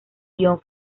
guión